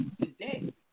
today